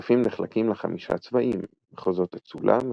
הקלפים נחלקים לחמישה צבעים מחוזות אצולה,